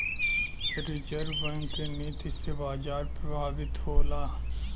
reserve bank क नीति से बाजार प्रभावित होला